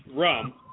Rum